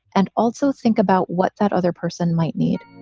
and also think about what that other person might need